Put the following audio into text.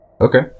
okay